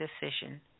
decision